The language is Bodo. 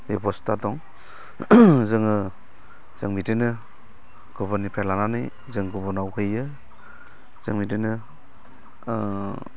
बेबस्था दं जोङो जों बिदिनो गुबुननिफ्राय लानानै जों गुबुनाव हैयो जों इदिनो